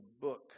book